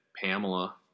Pamela